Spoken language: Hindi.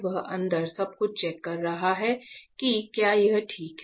वह अंदर सब कुछ चेक कर रहा है कि क्या यह ठीक है